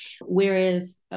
whereas